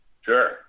Sure